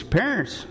parents